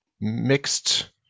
mixed